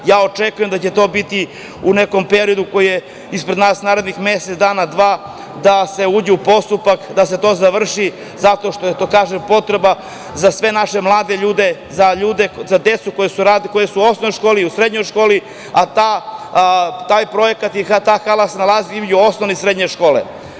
Očekujem da će to biti u nekom periodu koji je ispred nas, narednih mesec dana, dva, da se uđe u postupak, da se to završi, zato što je to potreba za sve naše mlade ljude, za decu koja su u osnovnoj školi i u srednjoj školi, a taj projekat i ta hala se nazali između osnovne i srednje škole.